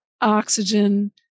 oxygen